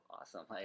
awesome